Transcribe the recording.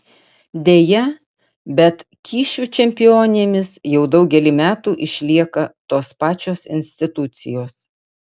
deja bet kyšių čempionėmis jau daugelį metų išlieka tos pačios institucijos